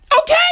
Okay